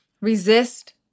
resist